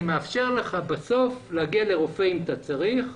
מאפשר לך בסוף להגיע לרופא אם אתה צריך.